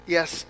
Yes